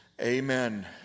Amen